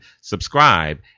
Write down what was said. subscribe